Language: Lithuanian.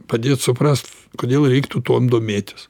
padėt suprast kodėl reiktų tuom domėtis